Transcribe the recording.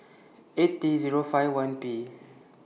eight T Zero five one P